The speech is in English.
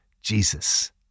Jesus